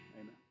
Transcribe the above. Amen